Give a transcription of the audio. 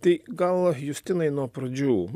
tai gal justinai nuo pradžių